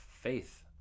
faith